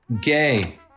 Gay